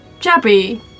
Jabby